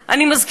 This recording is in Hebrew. אל חיק היהדות,